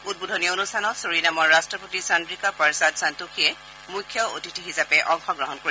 উদ্বোধনী অনুষ্ঠানত ছুৰিনামৰ ৰাট্টপতি চন্দ্ৰিকা পাৰচাদ সন্তোখীয়ে মুখ্য অতিথি হিচাপে অংশগ্ৰহণ কৰিব